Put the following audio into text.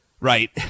right